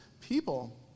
people